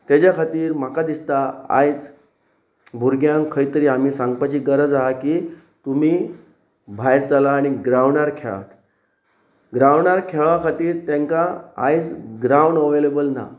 तेज्या खातीर म्हाका दिसता आयज भुरग्यांक खंय तरी आमी सांगपाची गरज आसा की तुमी भायर चला आनी ग्रावंडार खेळात ग्रावंडार खेळा खातीर तांकां आयज ग्रावंड अवेलेबल ना